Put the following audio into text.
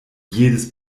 jedes